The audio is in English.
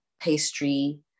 pastry